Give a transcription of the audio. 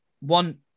one